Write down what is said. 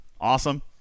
awesome